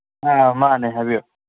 ꯑ ꯃꯥꯟꯅꯦ ꯍꯥꯏꯕꯤꯌꯨ